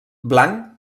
blanc